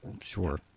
Sure